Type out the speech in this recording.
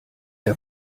der